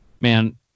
man